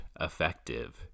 effective